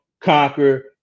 conquer